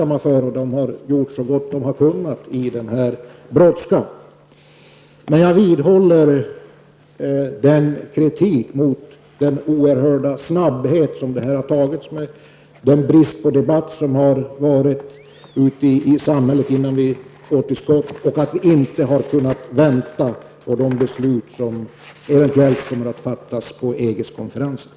Man har gjort så gott som man har kunnat i den brådska som har rått. Jag vidhåller dock kritiken mot den oerhörda snabbhet som man har gått fram med och bristen på debatt ute i samhället innan vi kommit till skott liksom kritiken mot att man inte har kunnat vänta på de beslut som eventuellt kommer att fattas på EGs konferenser.